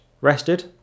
Rested